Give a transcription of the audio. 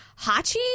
Hachi